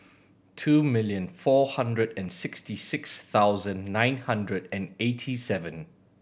two million four hundred and sixty six thousand nine hundred and eighty seven